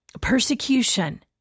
persecution